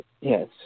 Yes